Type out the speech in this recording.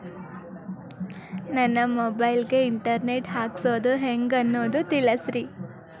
ನನ್ನ ಮೊಬೈಲ್ ಗೆ internet ಹಾಕ್ಸೋದು ಹೆಂಗ್ ಅನ್ನೋದು ತಿಳಸ್ರಿ